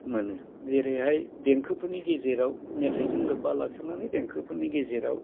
मोनो जेरैहाय देंखोफोरनि गेजेराव मेथाइजों लोब्बा लाखिनानै देंखोफोरनि गेजेराव